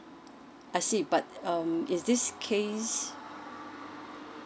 I see but um is this case